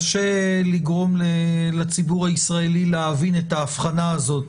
קשה לגרום לציבור הישראלי להבין את ההבחנה הזאת.